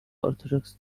orthodox